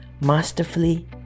masterfully